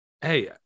Hey